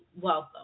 welcome